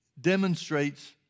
demonstrates